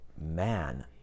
man